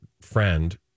friend